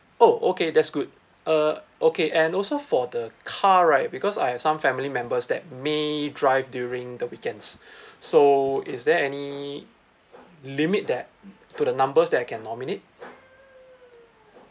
oh okay that's good uh okay and also for the car right because I have some family members that may drive during the weekends so is there any limit that to the numbers that I can nominate